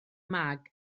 mag